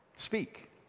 speak